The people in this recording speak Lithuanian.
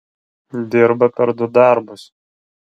dirba per du darbus